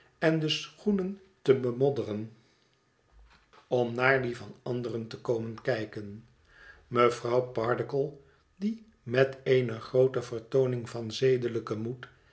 en de schoenen te bemodderen om naar die van anderen te komen kijken mevrouw pardiggle die met eene groote vertooning van zedelijken moed